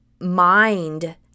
mind